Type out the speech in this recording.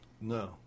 No